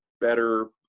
better –